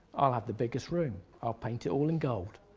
i'll have the biggest room. i'll paint it all in gold.